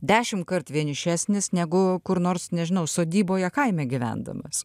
dešimtkart vienišesnis negu kur nors nežinau sodyboje kaime gyvendamas